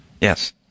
Yes